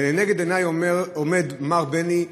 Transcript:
ולנגד עיני עומד מר בני הסה,